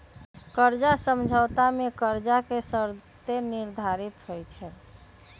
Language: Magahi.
कर्जा समझौता में कर्जा के शर्तें निर्धारित होइ छइ